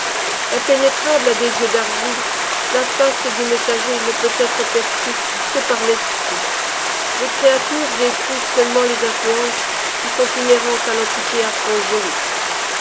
impénétrable à des yeux d'argile la face du messager ne peut être perçue que par l'esprit les créatures éprouvent seulement les influences qui sont inhérentes à l'entité